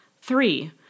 Three